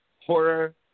Horror